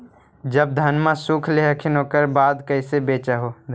जब धनमा सुख ले हखिन उकर बाद कैसे बेच हो?